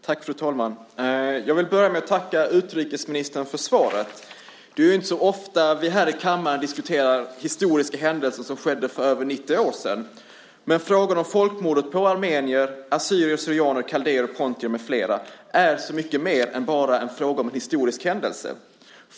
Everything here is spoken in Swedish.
Fru talman! Jag vill börja med att tacka utrikesministern för svaret. Det är inte så ofta som vi här i kammaren diskuterar historiska händelser som skedde för över 90 år sedan. Men frågan om folkmordet på armenier, assyrier/syrianer, kaldéer, pontier med flera är så mycket mer än bara en fråga om en historisk händelse.